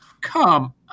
Come